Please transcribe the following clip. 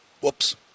Whoops